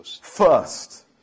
first